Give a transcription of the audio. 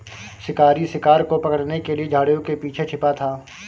शिकारी शिकार को पकड़ने के लिए झाड़ियों के पीछे छिपा था